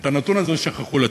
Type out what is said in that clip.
את הנתון הזה שכחו לציין.